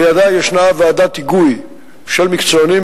לידה יש ועדת היגוי של מקצוענים,